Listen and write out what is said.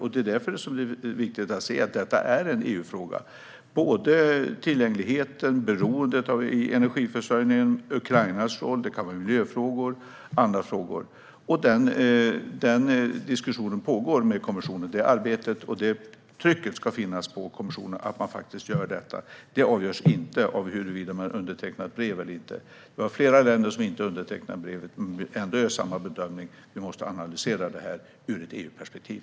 Det är just därför det är viktigt att se att detta är en EU-fråga, vad gäller allt från tillgänglighet och beroende i energiförsörjningen till Ukrainas roll, miljöfrågor och annat. Denna diskussion med kommissionen pågår. Trycket ska finnas på kommissionen att göra detta, och det avgörs inte av huruvida man undertecknar ett brev eller inte. Det var flera länder som inte undertecknade brevet, men samma bedömning görs ändå. Vi måste analysera detta ur ett EU-perspektiv.